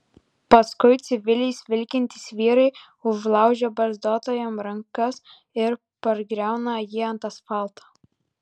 paskui civiliais vilkintys vyrai užlaužia barzdotajam rankas ir pargriauna jį ant asfalto